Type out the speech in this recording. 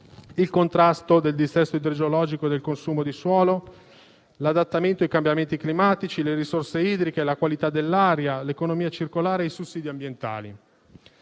il contrasto del dissesto idrogeologico e del consumo di suolo, l'adattamento ai cambiamenti climatici, le risorse idriche, la qualità dell'aria, l'economia circolare e i sussidi ambientali.